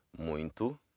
Muito